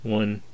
one